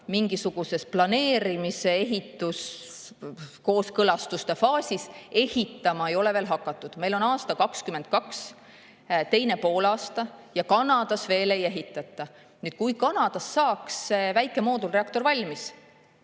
mingisuguses planeerimise ja kooskõlastuste faasis, ehitama ei ole veel hakatud. Meil on aasta 2022 teine poolaasta, ja Kanadas veel ei ehitata. Kui Kanadas saaks see väike moodulreaktor valmis